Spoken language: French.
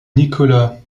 nicolas